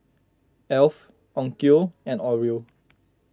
Alf Onkyo and Oreo